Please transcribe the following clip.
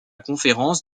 conférence